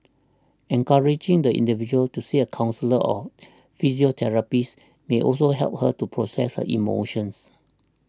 encouraging the individual to see a counsellor or psychotherapist may also help her to process her emotions